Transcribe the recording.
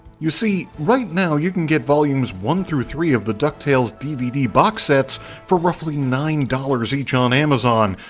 you see right now, you can get volumes one through three of the ducktales dvd box sets for roughly nine dollars each on amazon.